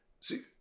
see